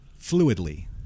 fluidly